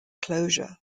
closure